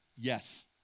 yes